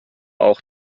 auch